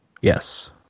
Yes